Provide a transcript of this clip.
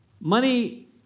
Money